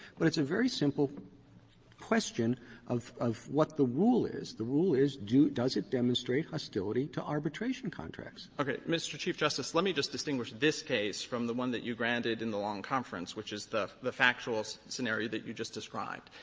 but it's a very simple question of of what the rule is. the rule is does it demonstrate hostility to arbitration contracts? goldstein okay. mr. chief justice, let me just distinguish this case from the one that you granted in the long conference, which is the the factual scenario that you just described.